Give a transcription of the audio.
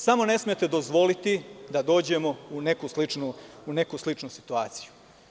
Samo ne smete dozvoliti da dođemo u neku sličnu situaciju.